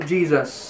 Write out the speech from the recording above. Jesus